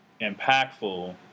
impactful